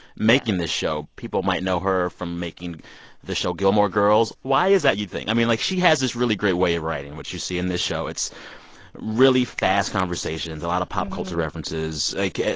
making this show. people might know her from making the show gilmore girls. why is that, you think? i mean, like, she has this really great way of writing, which you see in this show. it's really fast conversations, a lot of pop culture references. like,